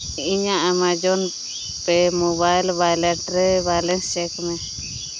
ᱤᱧᱟᱹᱜ Amazon Pay mobile ᱚᱣᱟᱞᱮᱴᱨᱮ balance ᱪᱮᱠᱢᱮ